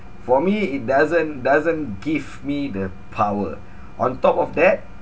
for me it doesn't doesn't give me the power on top of that